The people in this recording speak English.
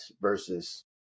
versus